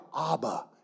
Abba